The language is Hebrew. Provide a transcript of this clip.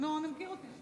נו, אתה מכיר אותי.